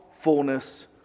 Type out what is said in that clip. fullness